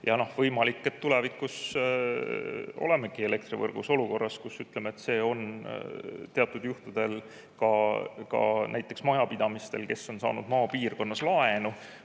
Võimalik, et tulevikus olemegi elektrivõrguga olukorras, kus teatud juhtudel ka näiteks majapidamisel, kes on saanud maapiirkonnas laenu